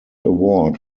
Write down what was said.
award